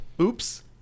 oops